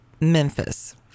Memphis